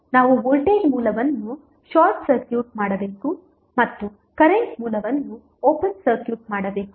ನಾವು ವೋಲ್ಟೇಜ್ ಮೂಲವನ್ನು short circuit ಮಾಡಬೇಕು ಮತ್ತು ಕರೆಂಟ್ ಮೂಲವನ್ನು ಓಪನ್ ಸರ್ಕ್ಯೂಟ್ ಮಾಡಬೇಕು